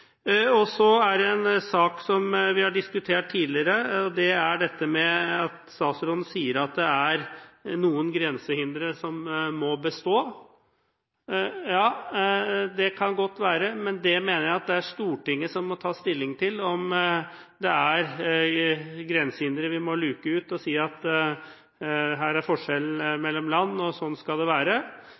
vi har diskutert tidligere, og det er dette med at statsråden sier at det er noen grensehindre som må bestå. Ja, det kan godt være, men det mener jeg at det er Stortinget som må ta stilling til, om det er grensehindre vi må luke ut, og si at her er forskjellen mellom land, og sånn skal det være.